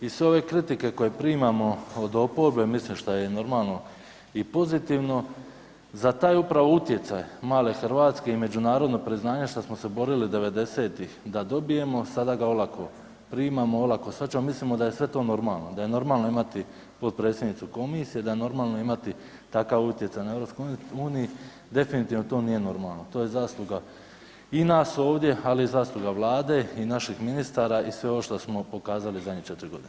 I sve ove kritike koje primamo od oporbe, mislim šta je normalno i pozitivno, za taj upravo utjecaj male RH i međunarodno priznanje šta smo se borili '90.-tih da dobijemo, sada ga olako primamo, olako shvaćamo, mislimo da je sve to normalno, da je normalno imati potpredsjednicu komisije, da je normalno imati takav utjecaj na EU, definitivno to nije normalno, to je zasluga i nas ovdje, ali i zasluga vlade i naših ministara i sve ovo što smo pokazali u zadnje 4.g. Hvala.